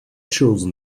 chosen